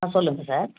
ஆ சொல்லுங்கள் சார்